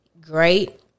Great